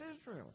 Israel